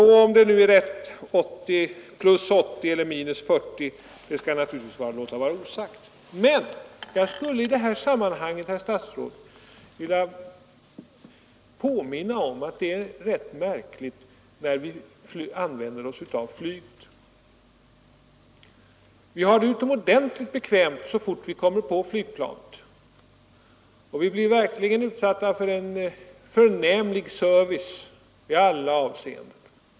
Vilket som är rätt, +80 eller 40, skall jag naturligtvis låta vara osagt. Men jag skulle i detta sammanhang, herr statsråd, vilja påminna om något som är rätt märkligt när vi använder oss av flyget. Vi har det utomordentligt bekvämt så snart vi kommer på flygplanet, och vi blir verkligen utsatta för en förnämlig service i alla avseenden.